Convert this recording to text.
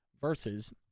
Versus